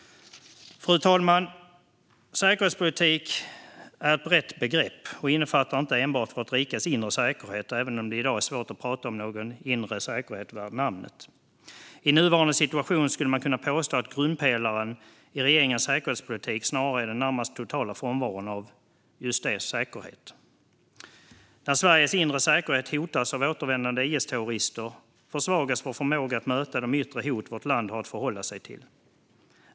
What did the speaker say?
Fru talman! Säkerhetspolitik är ett brett begrepp och innefattar inte enbart vårt rikes inre säkerhet, även om det i dag är svårt att prata om någon inre säkerhet värd namnet. I nuvarande situation skulle man kunna påstå att grundpelaren i regeringens säkerhetspolitik snarare är den närmast totala frånvaron av - just det - säkerhet. När Sveriges inre säkerhet hotas av återvändande IS-terrorister försvagas vår förmåga att möta de yttre hot vårt land har att förhålla sig till.